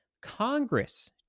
Congress